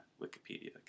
Wikipedia